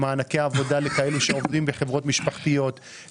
למענקי עבודה לכאלה שעובדים בחברות משפחתיות,